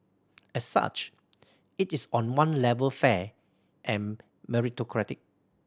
as such it is on one level fair and meritocratic